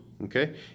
Okay